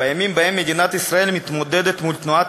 בימים שבהם מדינת ישראל מתמודדת עם תנועת